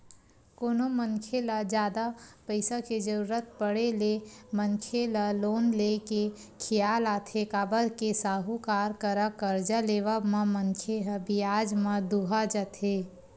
कोनो मनखे ल जादा पइसा के जरुरत पड़े ले मनखे ल लोन ले के खियाल आथे काबर के साहूकार करा करजा लेवब म मनखे ह बियाज म दूहा जथे